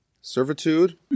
servitude